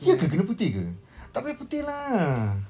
ye ke colour putih ke takyah putih lah